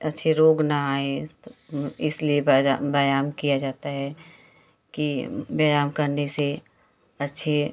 अच्छे रोग न आएँ तो इसलिए व्यायाम किया जाता है कि व्यायाम करने से अच्छे